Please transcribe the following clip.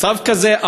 מצב כזה,